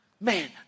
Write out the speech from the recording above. Man